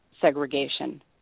segregation